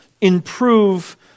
improve